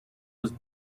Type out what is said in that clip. was